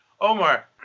Omar